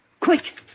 Quick